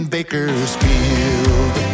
Bakersfield